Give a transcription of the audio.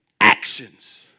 actions